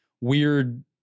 weird